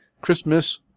Christmas